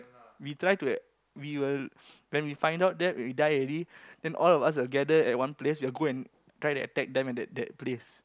we try to we will when we find out that we die already then all of us will gather at one place we'll go and try to attack them at that that place